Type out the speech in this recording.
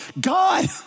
God